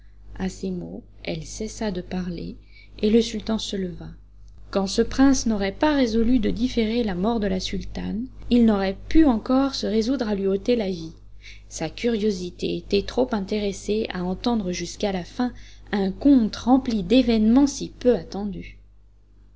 à ces mots elle cessa de parler et le sultan se leva quand ce prince n'aurait pas résolu de différer la mort de la sultane il n'aurait pu encore se résoudre à lui ôter la vie sa curiosité était trop intéressée à entendre jusqu'à la fin un conte rempli d'événements si peu attendus